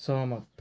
सहमत